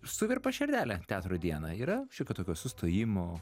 suvirpa širdelė teatro dieną yra šiokio tokio sustojimo